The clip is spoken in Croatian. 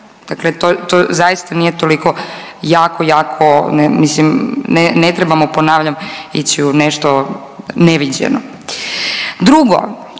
Dakle, to zaista nije toliko jako, jako mislim ne trebamo ponavljam ići u nešto neviđeno. Drugo,